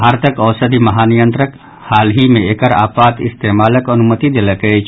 भारतक औषधि महानियंत्रक हालहि मे एकर आपात इस्तेमालक अनुमति देलक अछि